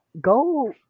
go